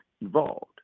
evolved